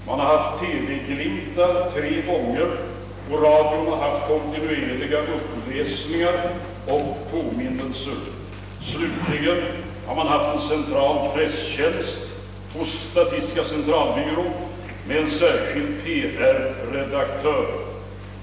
Det har tre gånger visats glimtar om bostadsräkningen i TV, och i radion har det kontinuerligt förekommit uppläsningar med påminnelser härom. Det har slutligen funnits en central presstjänst hos statistiska centralbyrån med en särskild PR-redaktör.